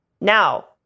Now